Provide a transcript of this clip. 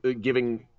giving